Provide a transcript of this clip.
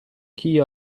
key